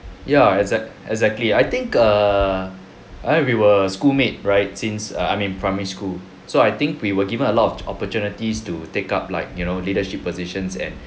ya exac~ exactly I think err I we were schoolmate right since err I mean primary school so I think we were given a lot of opportunities to take up like you know leadership positions and